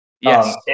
Yes